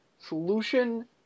solution